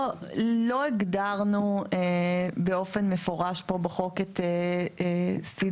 לא הגדרנו באופן מפורש פה בחוק את סדרי